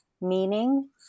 meaning